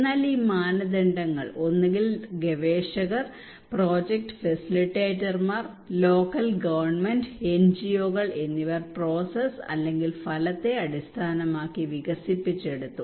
എന്നാൽ ഈ മാനദണ്ഡങ്ങൾ ഒന്നുകിൽ ഗവേഷകർ പ്രോജക്ട് ഫെസിലിറ്റേറ്റർമാർ ലോക്കൽ ഗവൺമെന്റ് എൻജിഒകൾ എന്നിവർ പ്രോസസ് അല്ലെങ്കിൽ ഫലത്തെ അടിസ്ഥാനമാക്കി വികസിപ്പിച്ചെടുത്തു